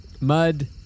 Mud